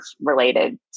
related